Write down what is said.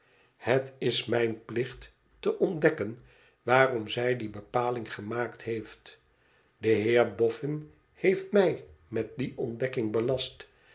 het is mijn plicht te ontdekken waarom zij die bepaling gemaakt heeft de heer boffin heeft mij met die ontdekking belast